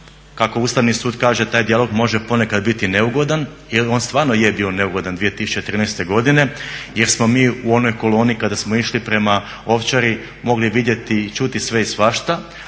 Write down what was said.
kako Ustavni sud kaže taj dijalog ponekad može biti neugodan jer on stvarno je bio neugodan 2013.godine jer smo mi u onoj koloni kada smo išli prema Ovčari mogli vidjeti i čuti sve i svašta,